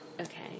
Okay